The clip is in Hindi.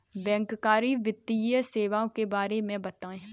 बैंककारी वित्तीय सेवाओं के बारे में बताएँ?